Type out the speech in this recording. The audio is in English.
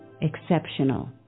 exceptional